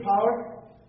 power